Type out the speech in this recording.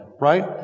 Right